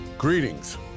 Greetings